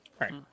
right